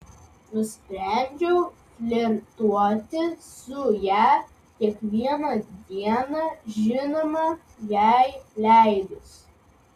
nusprendžiau flirtuoti su ja kiekvieną dieną žinoma jai leidus